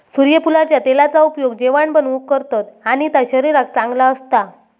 सुर्यफुलाच्या तेलाचा उपयोग जेवाण बनवूक करतत आणि ता शरीराक चांगला असता